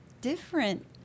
different